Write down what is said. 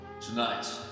Tonight